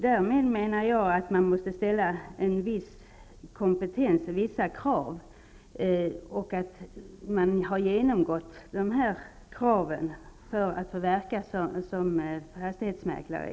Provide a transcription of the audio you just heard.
Jag menar att det måste ställas vissa kompetenskrav och att man måste motsvara dessa för att få verka som fastighetsmäklare.